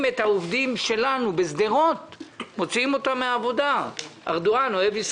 את העובדים שלנו בשדרות מן העבודה,